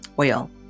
oil